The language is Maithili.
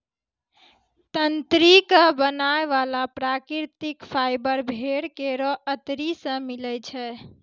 तंत्री क बनाय वाला प्राकृतिक फाइबर भेड़ केरो अतरी सें मिलै छै